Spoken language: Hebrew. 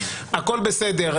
הכול בסדר,